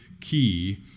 key